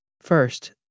First